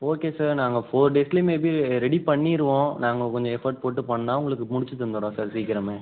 okay sir நாங்கள் four டேஸ்லே maybe ready பண்ணிடுவோம் நாங்கள் கொஞ்சம் எஃபோர்ட் போட்டு பண்ணால் உங்களுக்கு முடித்து தந்துடுறோம் சார் சீக்கிரமே